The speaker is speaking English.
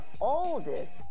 oldest